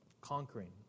conquering